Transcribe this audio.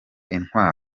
intwaro